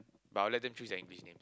but oh let them choose their English names